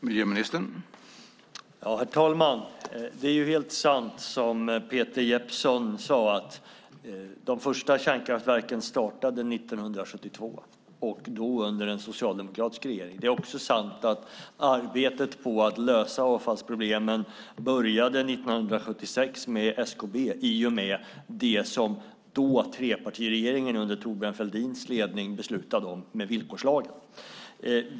Herr talman! Det är helt sant som Peter Jeppsson sade att de första kärnkraftverken startades 1972, då under en socialdemokratisk regering. Det är också sant att arbetet med att lösa avfallsproblemen började 1976 med SKB i och med det som trepartiregeringen under Thorbjörn Fälldins ledning då beslutade om med villkorslagen.